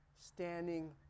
Standing